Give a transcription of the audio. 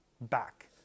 back